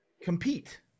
compete